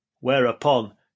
whereupon